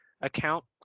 account